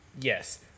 Yes